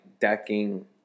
decking